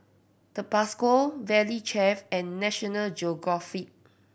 Tabasco Valley Chef and National Geographic